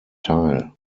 teil